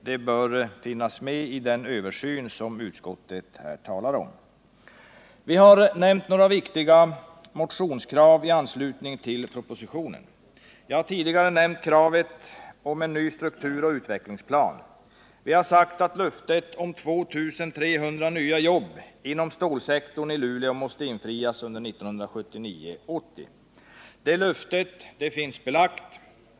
Detta bör finnas med i den översyn som utskottet här talar om. Vi har några viktiga motionskrav i anslutning till propositionen. Jag har tidigare nämnt kravet på en ny strukturoch utvecklingsplan. Vi har sagt att löftet om 2 300 nya jobb inom stålsektorn i Luleå måste infrias under 1979/80. Det löftet finns belagt.